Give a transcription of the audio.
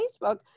Facebook